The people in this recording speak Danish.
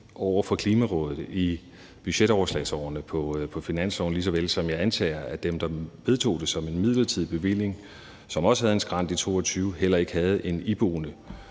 over for Klimarådet skjult i budgetoverslagsårene på finansloven, lige så vel som jeg antager, at dem, der vedtog det som en midlertidig bevilling, hvor der også var en skrænt i 2022, heller ikke havde en iboende